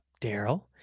daryl